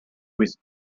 with